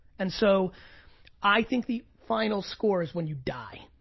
and so i think the final score is when you die.